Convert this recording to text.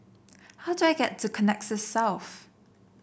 how do I get to Connexis South